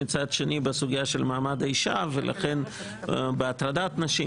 מצד שני בסוגיה של מעמד האישה ובהטרדת נשים